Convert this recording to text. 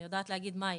אני יודעת להגיד מה היא,